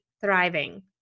thriving